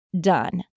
done